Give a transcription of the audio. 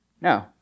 No